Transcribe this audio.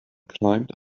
climbed